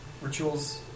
rituals